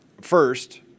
first